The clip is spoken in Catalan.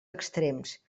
extrems